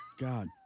God